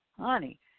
Honey